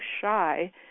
shy